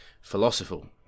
philosophical